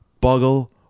Boggle